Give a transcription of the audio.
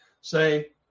say